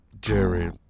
Jerry